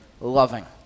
loving